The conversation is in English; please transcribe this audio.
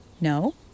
no